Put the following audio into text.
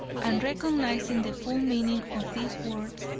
and recognizing the full meaning of these words,